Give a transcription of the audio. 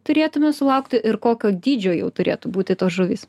turėtume sulaukti ir kokio dydžio jau turėtų būti tos žuvys